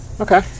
Okay